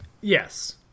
Yes